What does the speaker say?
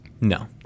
No